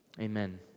amen